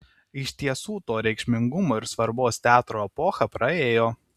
iš tiesų to reikšmingumo ir svarbos teatro epocha praėjo